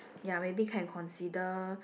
ya maybe can consider